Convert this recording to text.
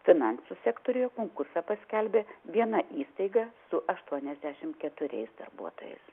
finansų sektoriuje konkursą paskelbė viena įstaiga su aštuoniasdešimt keturiais darbuotojais